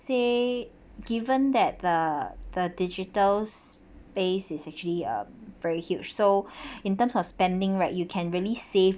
say given that the the digital space is actually a very huge so in terms of spending right you can't really safe